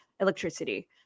Electricity